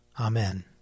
Amen